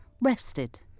rested